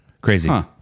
Crazy